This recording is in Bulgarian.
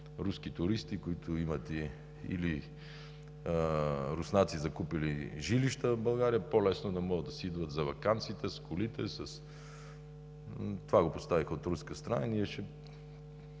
руските туристи, или руснаци, закупили жилища в България, по-лесно да могат да си идват за ваканция с колите. Това го поставиха от руска страна и ние ще